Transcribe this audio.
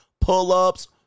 pull-ups